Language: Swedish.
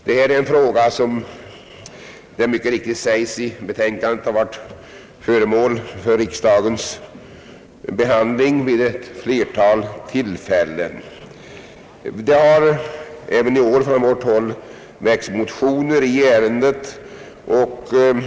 Detta är en fråga som, såsom det mycket riktigt säges i betänkandet, varit föremål för riksdagens behandling vid ett flertal tillfällen. Det har även i år från vårt håll väckts motioner i ärendet.